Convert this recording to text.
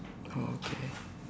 oh okay